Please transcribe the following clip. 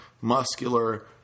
muscular